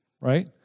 right